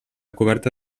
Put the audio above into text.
coberta